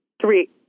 three